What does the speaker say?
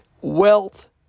wealth